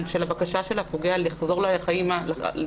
של הבקשה של הפוגע לחזור לאפוטרופסותו,